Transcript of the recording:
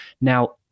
Now